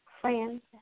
friends